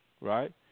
right